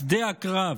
שדה הקרב.